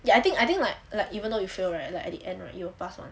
I think I think like like even though you fail right like at the end right you pass [one]